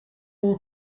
will